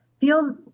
feel